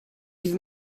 bydd